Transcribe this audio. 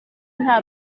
nta